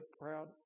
proud